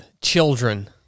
children